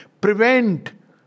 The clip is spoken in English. prevent